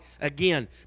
again